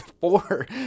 four